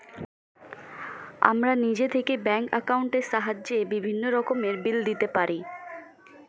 আমরা নিজে থেকেই ব্যাঙ্ক অ্যাকাউন্টের সাহায্যে বিভিন্ন রকমের বিল দিতে পারি